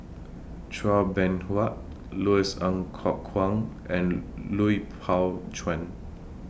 Chua Beng Huat Louis Ng Kok Kwang and Lui Pao Chuen